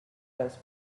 those